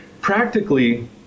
practically